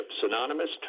synonymous